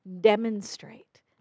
demonstrate